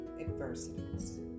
adversities